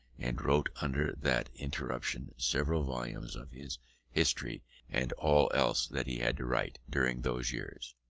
and wrote under that interruption several volumes of his history and all else that he had to write during those years.